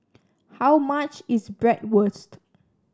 how much is Bratwurst